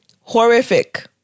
Horrific